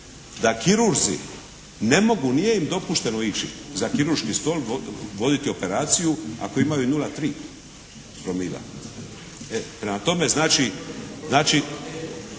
da kirurzi ne mogu, nije im dopušteno ići za kirurški stol voditi operaciju ako imaju 0,3 promila. Prema tome, znači